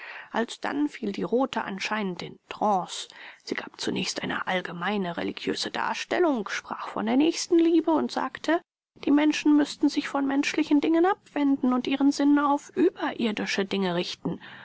alsdann fiel die rothe anscheinend in trance sie gab zunächst eine allgemeine religiöse darstellung sprach von der nächstenliebe und sagte die menschen müßten sich von menschlichen dingen abwenden und ihren sinn auf überirdische dinge richten